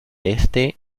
este